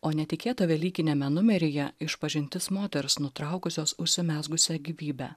o netikėta velykiniame numeryje išpažintis moters nutraukusios užsimezgusią gyvybę